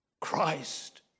Christ